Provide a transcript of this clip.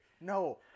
No